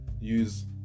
use